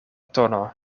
tono